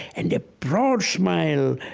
and a broad smile